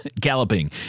galloping